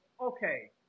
okay